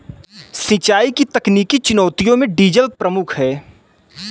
सिंचाई की तकनीकी चुनौतियों में डीजल प्रमुख है